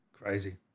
crazy